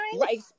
right